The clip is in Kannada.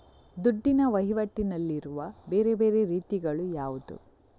ದುಡ್ಡಿನ ವಹಿವಾಟಿನಲ್ಲಿರುವ ಬೇರೆ ಬೇರೆ ರೀತಿಗಳು ಯಾವುದು?